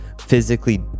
physically